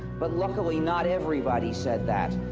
but luckily not everybody said that.